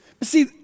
See